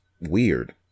weird